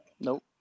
Nope